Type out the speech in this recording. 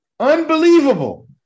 Unbelievable